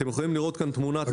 אתם יכולים לראות כאן לתמונת מצב.